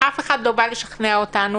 אף אחד לא בא לשכנע אותנו,